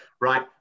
Right